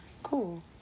cool